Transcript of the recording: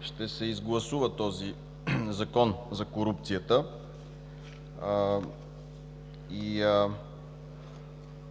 ще се изгласува този Закон за корупцията.